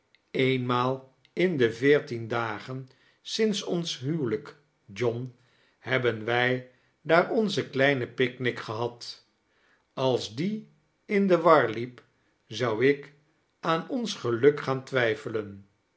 eenmaal in de veertien dagen sinds ons huwelijk john hebben wij daar onze kleine picnic gehad als die in de war liep zou iik aan ons geluk gaan twijfelen